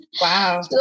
Wow